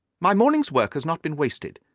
my morning's work has not been wasted,